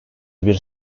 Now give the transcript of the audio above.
bir